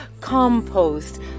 compost